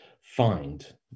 find